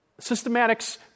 systematics